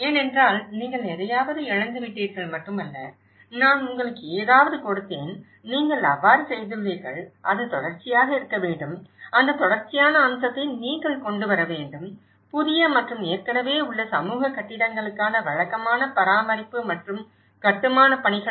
ஏனென்றால் நீங்கள் எதையாவது இழந்துவிட்டீர்கள் மட்டுமல்ல நான் உங்களுக்கு ஏதாவது கொடுத்தேன் நீங்கள் அவ்வாறு செய்துள்ளீர்கள் அது தொடர்ச்சியாக இருக்க வேண்டும் அந்த தொடர்ச்சியான அம்சத்தை நீங்கள் கொண்டு வர வேண்டும் புதிய மற்றும் ஏற்கனவே உள்ள சமூக கட்டிடங்களுக்கான வழக்கமான பராமரிப்பு மற்றும் கட்டுமானப் பணிகள்